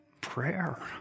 prayer